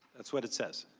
that's what it says.